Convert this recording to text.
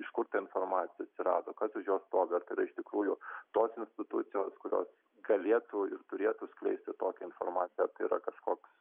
iš kur ta informacija atsirado kas už jos stovi ar tai yra iš tikrųjų tos institucijos kurios galėtų ir turėtų skleisti tokią informaciją yra kažkoks